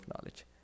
knowledge